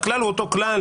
הכלל הוא אותו כלל.